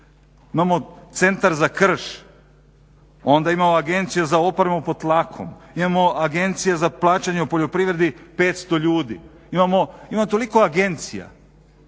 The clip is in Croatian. Imamo centar za krš, onda imamo agencije za … pod tlakom, imamo agencije za plaćanje u poljoprivredi 500 ljudi, ima toliko agencija